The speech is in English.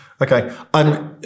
Okay